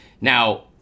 Now